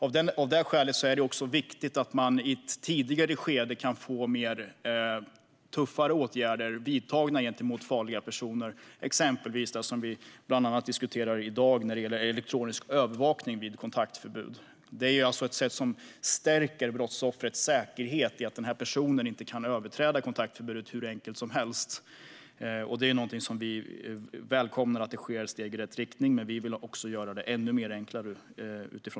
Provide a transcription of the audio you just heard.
Av detta skäl är det viktigt att man i ett tidigare skede kan få tuffare åtgärder vidtagna mot farliga personer, exempelvis det som vi diskuterar i dag när det gäller elektronisk övervakning vid kontaktförbud. Det är något som stärker brottsoffrets säkerhet i och med att denna person inte kan överträda kontaktförbudet hur enkelt som helst. Vi välkomnar att det sker steg i rätt riktning, men vi vill också göra detta ännu enklare.